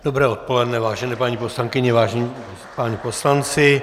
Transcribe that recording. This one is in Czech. Dobré odpoledne, vážené paní poslankyně, vážení páni poslanci.